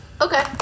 Okay